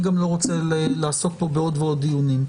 אני גם לא רוצה לעסוק פה בעוד ועוד דיונים.